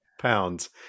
pounds